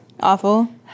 Awful